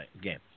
game